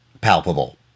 palpable